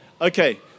okay